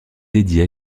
dédiés